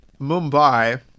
Mumbai